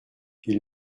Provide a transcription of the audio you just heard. ils